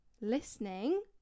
listening